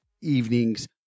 evening's